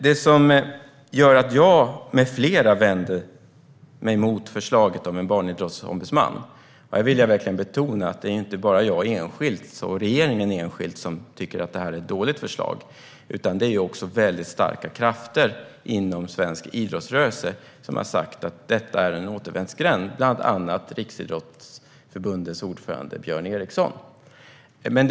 Jag och flera andra vänder oss mot förslaget om en barnidrottsombudsman. Jag vill betona att det inte bara är jag och regeringen enskilt som tycker att det är ett dåligt förslag, utan väldigt starka krafter inom svensk idrottsrörelse, bland andra Riksidrottsförbundets ordförande Björn Eriksson, har sagt att det är en återvändsgränd.